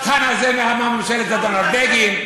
חנה זמר אמרה "ממשלת זדון" על בגין,